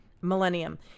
millennium